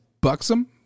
buxom